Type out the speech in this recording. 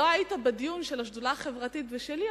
לא היית בדיון של השדולה החברתית ושלי,